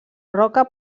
roca